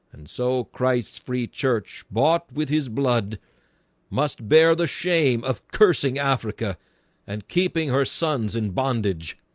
and so christ's free church bought with his blood must bear the shame of cursing africa and keeping her sons in bondage